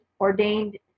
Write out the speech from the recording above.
ordained